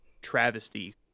Travesty